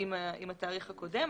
עם התאריך הקודם.